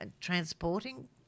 transporting